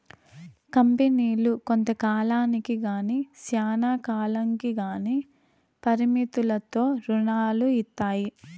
కంపెనీలు కొంత కాలానికి గానీ శ్యానా కాలంకి గానీ పరిమితులతో రుణాలు ఇత్తాయి